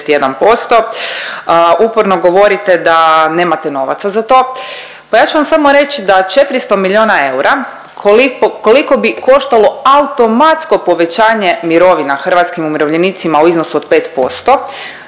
Uporno govorite da nemate novaca za to, pa ja ću vam samo reć da 400 milijuna eura koliko bi koštalo automatsko povećanje mirovina hrvatskim umirovljenicima u iznosu od 5%,